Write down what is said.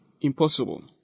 impossible